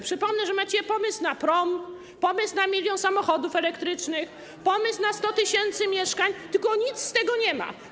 Przypomnę, że macie pomysł na prom, pomysł na milion samochodów elektrycznych, pomysł na 100 tys. mieszkań, tylko nic z tego nie ma.